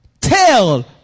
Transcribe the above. tell